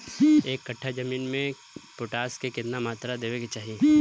एक कट्ठा जमीन में पोटास के केतना मात्रा देवे के चाही?